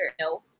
No